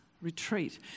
retreat